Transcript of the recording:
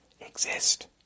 exist